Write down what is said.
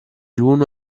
l’uno